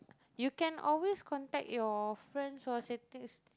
you can always contact your friends who are setting